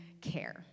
care